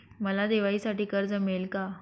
मला दिवाळीसाठी कर्ज मिळेल का?